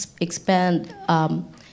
expand